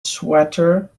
sweater